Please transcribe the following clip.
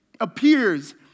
appears